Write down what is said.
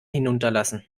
hinunterlassen